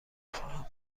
خواهم